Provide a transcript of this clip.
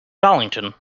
darlington